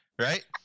right